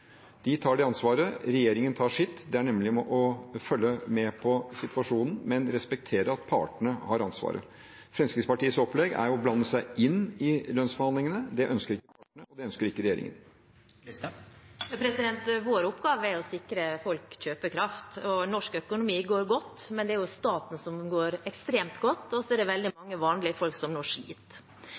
regjeringen tar sitt ansvar, og det er å følge med på situasjonen, men respektere at partene har ansvaret. Fremskrittspartiets opplegg er å blande seg inn i lønnsforhandlingene. Det ønsker ikke partene, og det ønsker ikke regjeringen. Det blir oppfølgingsspørsmål – først Sylvi Listhaug. Vår oppgave er å sikre folk kjøpekraft. Norsk økonomi går godt, men det er jo staten som går ekstremt godt, og så er det veldig mange vanlige folk som nå